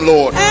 Lord